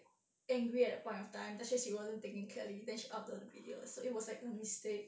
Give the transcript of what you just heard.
angry at that point of time that's why she wasn't thinking clearly then she upload the video so it was like a mistake